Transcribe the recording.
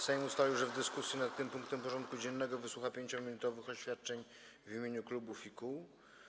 Sejm ustalił, że w dyskusji nad tym punktem porządku dziennego wysłucha 5-minutowych oświadczeń w imieniu klubów i kół.